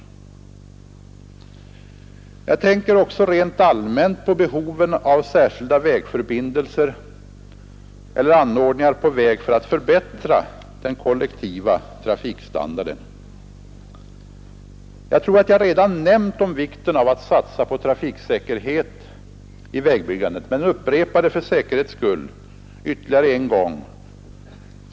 Jag tänker också rent allmänt på behoven av särskilda vägförbindelser eller anordningar på väg för att förbättra den kollektiva trafikstandarden. Jag tror att jag redan har nämnt vikten av att satsa på trafiksäkerhet vid vägbyggande men upprepar det för säkerhets skull ytterligare en gång.